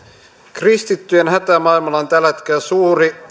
kristittyjen hätä maailmalla on tällä hetkellä suuri